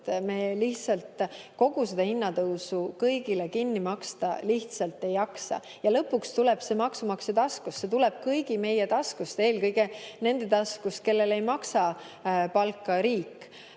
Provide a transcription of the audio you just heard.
me kogu seda hinnatõusu kõigile kinni maksta lihtsalt ei jaksa. Lõpuks tuleb see maksumaksja taskust, see tuleb kõigi meie taskust, eelkõige nende taskust, kellele ei maksa palka riik,